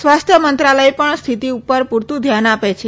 સ્વાસ્થ્ય મંત્રાલય પણ સ્થિતિ પર પૂરતું ધ્યાન આપે છે